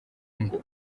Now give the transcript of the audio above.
ngo